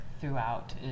throughout